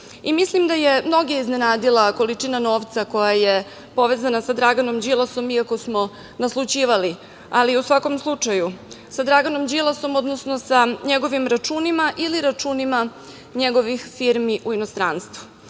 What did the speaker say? mislim da je mnoge iznenadila količina novca koja je povezana sa Draganom Đilasom, iako smo naslućivali, ali u svakom slučaju sa Draganom Đilasom, odnosno sa njegovim računima ili računima njegovih firmi u inostranstvu.